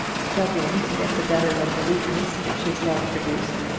struggling to get the better of the weakness which his love produced,